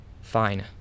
Fine